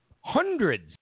hundreds